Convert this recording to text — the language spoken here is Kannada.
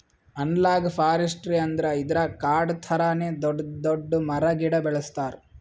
ಅನಲಾಗ್ ಫಾರೆಸ್ಟ್ರಿ ಅಂದ್ರ ಇದ್ರಾಗ್ ಕಾಡ್ ಥರಾನೇ ದೊಡ್ಡ್ ದೊಡ್ಡ್ ಮರ ಗಿಡ ಬೆಳಸ್ತಾರ್